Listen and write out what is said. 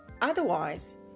Otherwise